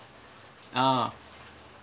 ah